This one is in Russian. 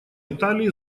италии